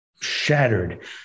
shattered